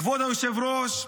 כבוד היושב-ראש,